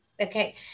Okay